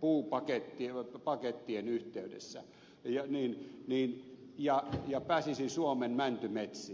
puupakettien yhteydessä ja pääsisi suomen mäntymetsiin